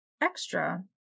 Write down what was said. Extra